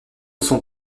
son